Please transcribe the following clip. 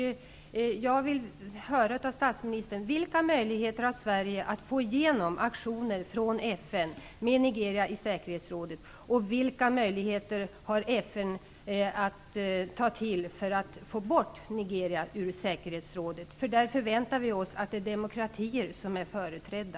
Jag vill veta av statsministern: Vilka möjligheter har Sverige att få igenom aktioner från FN med Nigeria i säkerhetsrådet? Vilka möjligheter har FN att ta till för att få bort Nigeria ur säkerhetsrådet? Där förväntar vi oss att det är demokratier som är företrädda.